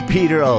Peter